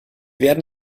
werden